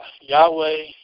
Yahweh